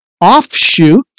offshoot